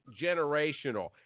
generational